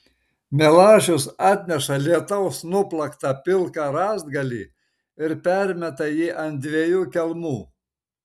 milašius atneša lietaus nuplaktą pilką rąstgalį ir permeta jį ant dviejų kelmų